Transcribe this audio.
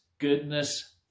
goodness